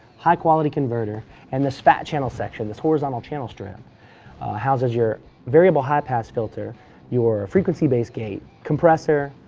high quality converter and this fat channel section, this horizontal channel strip houses your variable high pass filter your frequency based gate, compressor,